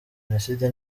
jenoside